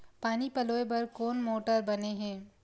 पानी पलोय बर कोन मोटर बने हे?